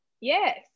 Yes